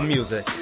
Music